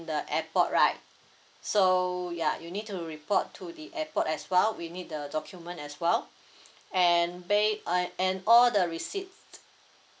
the airport right so ya you need to report to the airport as well we need the document as well and bill uh and all the receipt